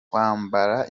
kwambara